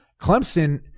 Clemson